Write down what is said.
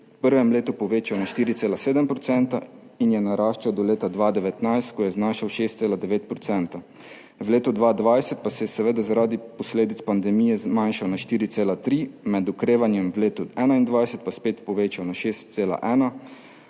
v prvem letu povečal na 4,7 % in je naraščal do leta 2019, ko je znašal 6,9 %. V letu 2020 pa se je seveda zaradi posledic pandemije zmanjšal na 4,3, med okrevanjem v letu 2021 pa spet povečal na 6,1,